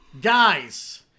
guys